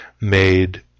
made